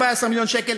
14 מיליון שקל,